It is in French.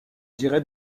dirait